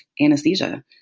anesthesia